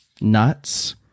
nuts